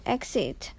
Exit